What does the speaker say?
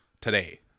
today